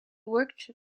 worked